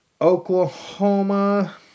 Oklahoma